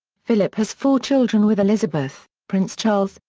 philip has four children with elizabeth prince charles,